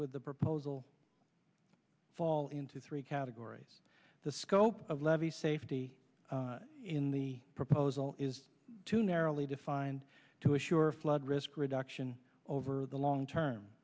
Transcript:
with the proposal fall into three categories the scope of levees safety in the proposal is too narrowly defined to assure flood risk reduction over the long term